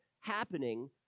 happening